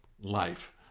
life